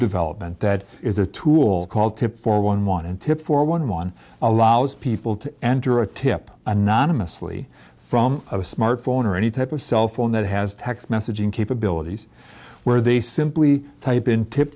development that is a tool called tips for one one and tips for one one allows people to enter a tip anonymously from a smartphone or any type of cell phone that has text messaging capabilities where they simply have been tip